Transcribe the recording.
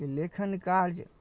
कि लेखन कार्य